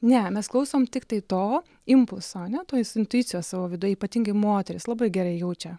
ne mes klausom tiktai to impulso ane tos intuicijos savo viduje ypatingai moterys labai gerai jaučia